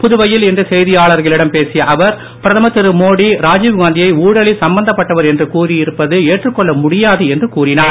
புதுவையில் இன்று செய்தியாளர்களிடம் பேசிய அவர் பிரதமர் திரு மோடி ராஜீவ்காந்தியை ஊழலில் சம்பந்தப்பட்டவர் என்று கூறி இருப்பது ஏற்றுக் கொள்ள முடியாது என்று கூறினார்